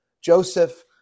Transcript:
Joseph